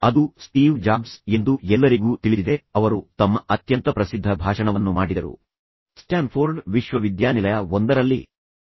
ಅದು Steve Jobs ಎಂದು ಎಲ್ಲರಿಗೂ ತಿಳಿದಿದೆ ಮತ್ತು ನಂತರ ಅವರು ತಮ್ಮ ಅತ್ಯಂತ ಪ್ರಸಿದ್ಧ ಭಾಷಣವನ್ನು ಮಾಡಿದರು ಸ್ಟ್ಯಾನ್ಫೋರ್ಡ್ ವಿಶ್ವವಿದ್ಯಾನಿಲಯವು ಆರಂಭಿಕ ಭಾಷಣಗಳ ಒಂದರಲ್ಲಿ